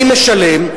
מי משלם?